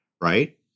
Right